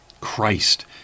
christ